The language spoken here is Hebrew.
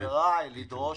מחבריי לדרוש